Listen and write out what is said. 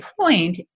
point